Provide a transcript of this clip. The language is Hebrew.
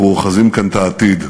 אנחנו אוחזים כאן את העתיד.